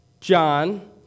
John